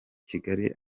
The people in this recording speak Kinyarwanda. kigali